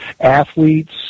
athletes